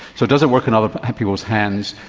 so does it work in other people's hands?